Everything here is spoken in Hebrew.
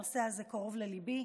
הנושא הזה קרוב לליבי,